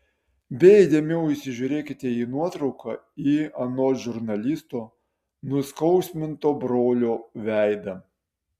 beje įdėmiau įsižiūrėkite į nuotrauką į anot žurnalisto nuskausminto brolio veidą